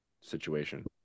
situation